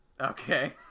Okay